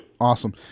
Awesome